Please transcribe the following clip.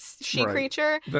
she-creature